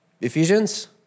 Ephesians